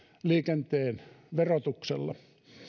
liikenteen verotuksella